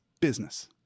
business